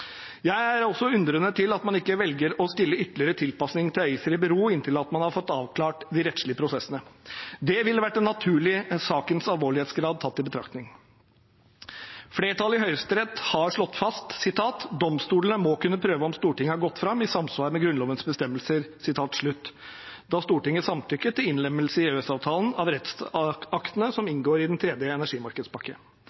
Jeg er også undrende til at man ikke velger å stille ytterligere tilpasninger til ACER i bero inntil man har fått avklart de rettslige prosessene. Det ville vært naturlig, sakens alvorlighetsgrad tatt i betraktning. Flertallet i Høyesterett har slått fast at «domstolene må kunne prøve om Stortinget har gått frem i samsvar med Grunnlovens bestemmelser» da Stortinget samtykket til innlemmelse i EØS-avtalen av rettsaktene som